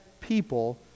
people